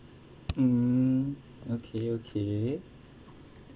mm okay okay